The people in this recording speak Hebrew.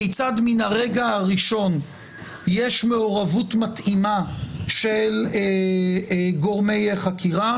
כיצד מן הרגע הראשון יש מעורבות מתאימה של גורמי חקירה.